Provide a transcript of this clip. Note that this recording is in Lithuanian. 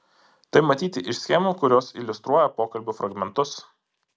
tai matyti iš schemų kurios iliustruoja pokalbių fragmentus